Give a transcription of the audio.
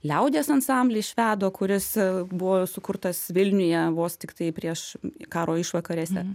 liaudies ansamblį švedo kuris buvo sukurtas vilniuje vos tiktai prieš karo išvakarėse